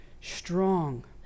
strong